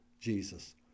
Jesus